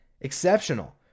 exceptional